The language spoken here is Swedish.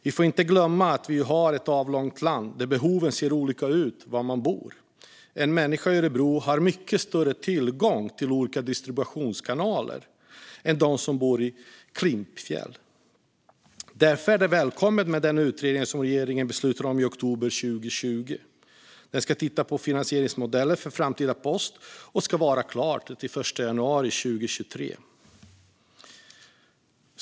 Vi får inte glömma att Sverige är ett avlångt land där behoven ser olika ut beroende på var man bor - en människa i Örebro har mycket större tillgång till olika distributionskanaler än de som bor i Klimpfjäll. Därför är det välkommet med den utredning som regeringen beslutade om i oktober 2020. Den ska titta på finansieringsmodeller för framtida post och ska vara klar den 31 januari 2023.